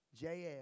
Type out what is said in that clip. JL